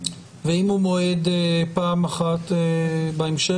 ואם הוא מועד פעם אחת בהמשך,